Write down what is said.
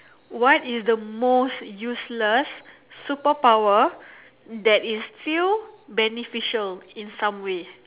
what is the most useless superpower that is still beneficial in some way